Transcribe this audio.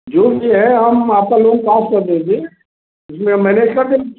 जो भी है हम आपका लोन पास कर देंगे ये हम मैनेज कर दें